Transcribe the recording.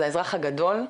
זה האזרח הגדול,